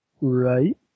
Right